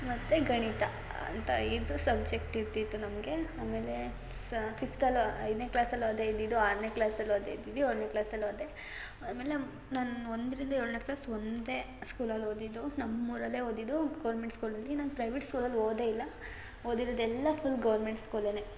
ಮತ್ತು ಗಣಿತ ಅಂತ ಐದು ಸಬ್ಜೆಕ್ಟ್ ಇರ್ತಿತ್ತು ನಮಗೆ ಆಮೇಲೆ ಸ ಫಿಫ್ತಲ್ಲೂ ಐದನೇ ಕ್ಲಾಸಲ್ಲೂ ಅದೇ ಇದ್ದಿದ್ದು ಆರನೇ ಕ್ಲಾಸಲ್ಲೂ ಅದೇ ಇದ್ದಿದ್ದು ಏಳನೇ ಕ್ಲಾಸಲ್ಲೂ ಅದೇ ಆಮೇಲೆ ನನ್ನ ಒಂದರಿಂದ ಏಳನೇ ಕ್ಲಾಸ್ ಒಂದೇ ಸ್ಕೂಲಲ್ಲಿ ಓದಿದ್ದು ನಮ್ಮ ಊರಲ್ಲೇ ಓದಿದ್ದು ಗೌರ್ಮೆಂಟ್ ಸ್ಕೂಲಲ್ಲಿ ನಾನು ಪ್ರೈವೆಟ್ ಸ್ಕೂಲಲ್ಲಿ ಓದೇ ಇಲ್ಲ ಓದಿರೋದೆಲ್ಲ ಫುಲ್ ಗೌರ್ಮೆಂಟ್ ಸ್ಕೂಲೇ